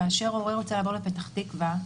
כאשר הורה רוצה לעבור לפתח תקווה,